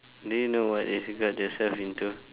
do you know what you just got yourself into